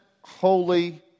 holy